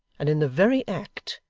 and in the very act,